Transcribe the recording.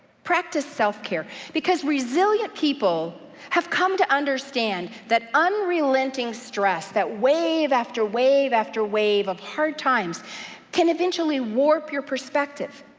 practice self-care, because resilient people have come to understand that unrelenting stress, that wave, after wave, after wave of hard times can eventually warp your perspective,